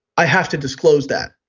i have to disclose that,